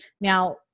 Now